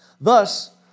Thus